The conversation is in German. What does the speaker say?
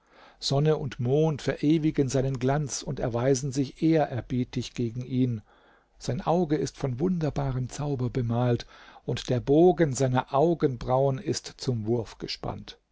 sonne und mond verewigen seinen glanz und erweisen sich ehrerbietig gegen ihn sein auge ist von wunderbarem zauber bemalt und der bogen seiner augenbrauen ist zum wurf gespannt